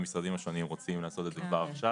ככל שהמשרדים השונים רוצים לעשות את זה כבר עכשיו,